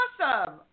Awesome